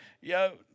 yo